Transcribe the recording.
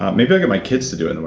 maybe i'll get my kids to do it in